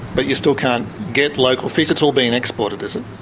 but you still can't get local fish. it's all being exported, is it?